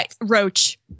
Roach